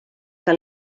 que